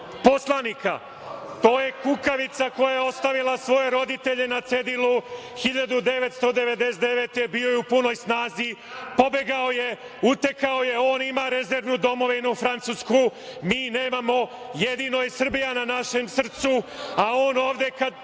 poslanika. To je kukavica koja je ostavila svoje roditelje na cedilu 1999. godine. Bio je u punoj snazi. Pobegao je, utekao je. On ima rezervnu domovinu, Francusku. Mi nemamo, jedino je Srbija na našem srcu, a on ovde kad